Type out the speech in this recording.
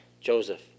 Joseph